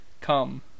come